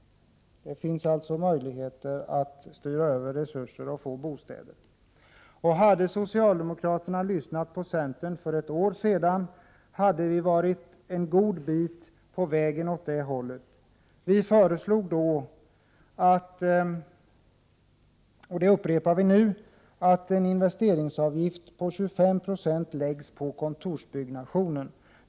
Det finns alltså möjlighet att styra resurser till bostadssektorn. Om socialdemokraterna hade lyssnat på centern för ett år sedan hade vi varit en god bit på väg åt det hållet. Vi föreslog då, och det förslaget har vi upprepat, att en investeringsavgift om 25 96 skulle läggas på kontorsbyggandet.